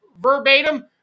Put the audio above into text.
verbatim